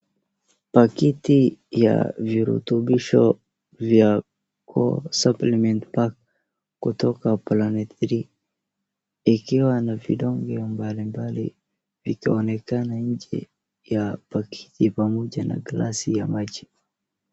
Pakiti ya virutubisho vya core suplement pack kutoka Planet Three, ikiwa na vidonge mbalimbali vikionekna nje ya pakiti pamoja na glasi ya maji.